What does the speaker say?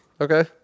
Okay